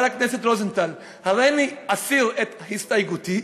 הכנסת רוזנטל הריני מסיר את הסתייגותי,